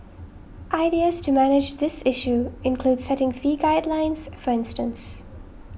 ideas to manage this issue include setting fee guidelines for instance